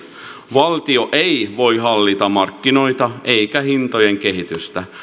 valtio ei voi hallita markkinoita eikä hintojen kehitystä